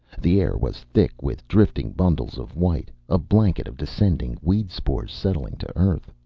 the air was thick with drifting bundles of white, a blanket of descending weed spores, settling to earth.